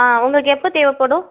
ஆ உங்களுக்கு எப்போ தேவைப்படும்